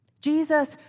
Jesus